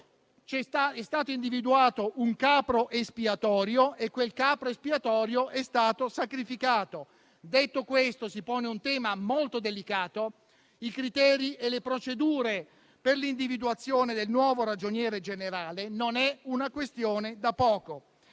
è stato individuato un capro espiatorio che è stato poi sacrificato. Detto questo, si pone un tema molto delicato che riguarda i criteri e le procedure per l'individuazione del nuovo Ragioniere generale. Non è una questione da poco.